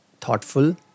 thoughtful